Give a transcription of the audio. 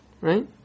right